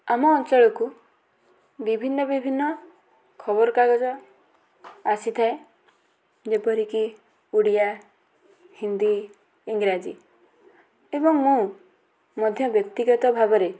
ଆମ ଅଞ୍ଚଳକୁ ବିଭିନ୍ନ ବିଭିନ୍ନ ଖବରକାଗଜ ଆସିଥାଏ ଯେପରିକି ଓଡ଼ିଆ ହିନ୍ଦୀ ଇଂରାଜୀ ଏବଂ ମୁଁ ମଧ୍ୟ ବ୍ୟକ୍ତିଗତ ଭାବରେ